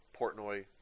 Portnoy